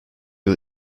yıl